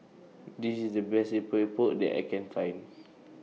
This IS The Best Epok Epok that I Can Find